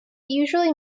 usually